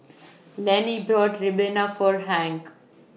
Lannie bought Ribena For Hank